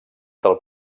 del